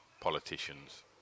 politicians